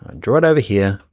and draw it over here,